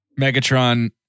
Megatron